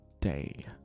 Day